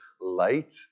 light